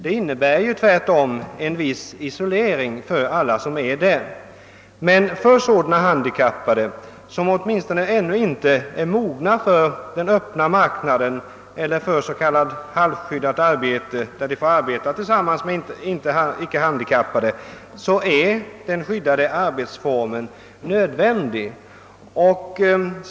Det innebär tvärtom en viss isolering för alla dem som är där. För sådana handikappade som åtminstone ännu inte är mogna för den öppna marknaden eller för s.k. halvskyddat arbete, där de får arbeta tillsammans med ickehandikappade, är den skyddade arbetsformen nödvändig.